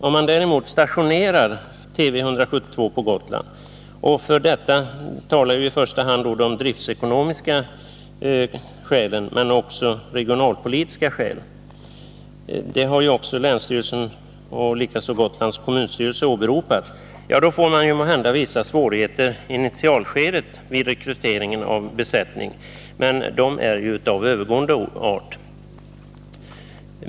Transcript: Om man däremot stationerar Tv 172 på Gotland -— och för detta talar i första hand de driftsekonomiska skälen men också regionalpolitiska skäl, vilket såväl länsstyrelsen som Gotlands kommunstyrelse åberopat — får man måhända vissa svårigheter i initialskedet vid rekrytering av besättningen, men de är ju av övergående art.